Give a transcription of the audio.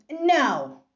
no